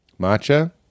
matcha